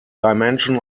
dimension